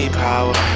power